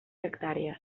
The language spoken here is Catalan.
hectàrees